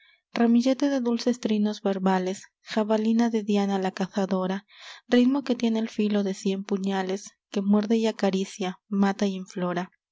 ramillete de dulces trinos verbales javalina de diana la cazadora ritmo que tiene el filo de cien puñales que muerde y acaricia mata